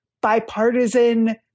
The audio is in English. bipartisan